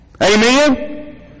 Amen